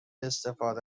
استفاده